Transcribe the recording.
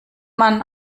man